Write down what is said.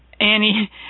Annie